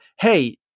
hey